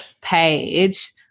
page